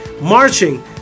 marching